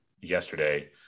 yesterday